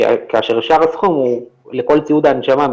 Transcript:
כאשר שאר הסכום הוא לכל ציוד ההנשמה,